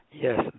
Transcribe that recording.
Yes